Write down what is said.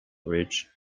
ridge